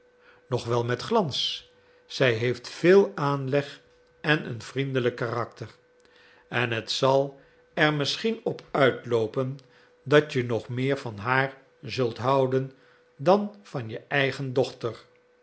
nog wel met glans zij heeft veel aanleg en een vriendelijk karakter en het zal er misschien op uitloopen dat je nog meer van haar zult houden dan van je eigen dochter